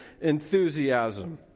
enthusiasm